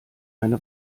eine